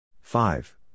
five